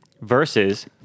versus